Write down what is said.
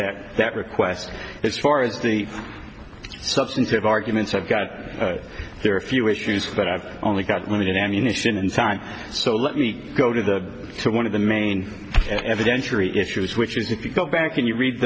that that request it's far as the substantive arguments i've got there are a few issues but i've only got limited ammunition and sign so let me go to the one of the main evidentiary issues which is if you go back and you read